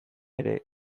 ere